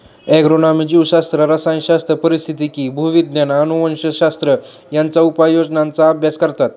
agronomy जीवशास्त्र, रसायनशास्त्र, पारिस्थितिकी, भूविज्ञान, अनुवंशशास्त्र यांच्या उपयोजनांचा अभ्यास करतात